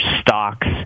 stocks